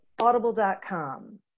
audible.com